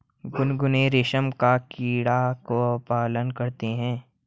गुनगुन रेशम का कीड़ा का पालन करती है